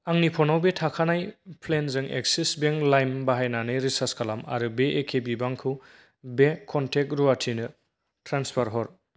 आंनि फनाव बे थाखानाय प्लेनजों एक्सिस बेंक लाइम बाहायनानै रिसार्ज खालाम आरो बे एखे बिबांखौ बे कनटेक्ट रुवाथिनो ट्रेन्सफार हर